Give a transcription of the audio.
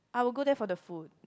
I will go there for the food